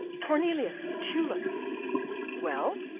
cornelius! the tulip well?